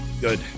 Good